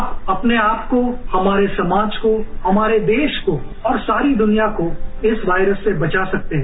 आप अपने आपको हमारे समाज को हमारे देस को और सारी दुनिया को इस वायरस से बचा सकते हैं